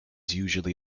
usually